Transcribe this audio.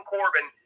Corbin